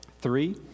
Three